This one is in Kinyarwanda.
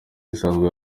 usanzwe